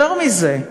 יותר מזה,